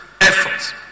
efforts